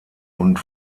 und